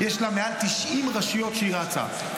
יש לה מעל 90 רשויות שבהן היא רצה,